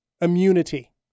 immunity